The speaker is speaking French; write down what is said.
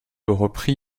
reprit